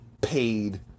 paid